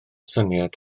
syniad